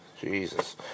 Jesus